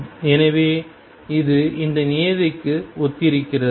எனவே இது இந்த நியதிக்கு ஒத்திருக்கிறது